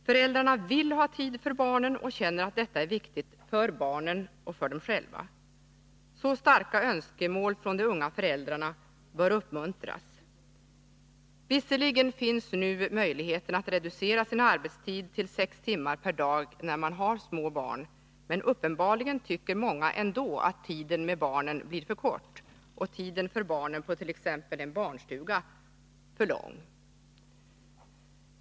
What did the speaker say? Föräldrar vill ha tid för barnen och känner att detta är viktigt för barnen — och för dem själva. Så starka önskemål från de unga föräldrarna bör uppmuntras. Visserligen finns nu möjligheten att reducera sin arbetstid till sex timmar per dag när man har små barn, men uppenbarligen tycker många ändå att tiden med barnen blir för kort och tiden för barnen på t.ex. en barnstuga för lång.